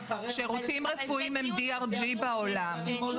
שירותים רפואיים הם DRG בעולם.